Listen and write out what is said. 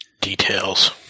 Details